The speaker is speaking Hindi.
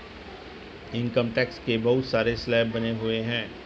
इनकम टैक्स के बहुत सारे स्लैब बने हुए हैं